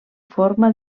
forma